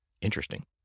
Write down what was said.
Interesting